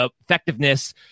effectiveness